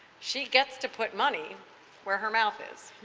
she gets to put money where her mouth is.